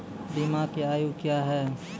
बीमा के आयु क्या हैं?